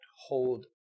hold